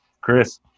Chris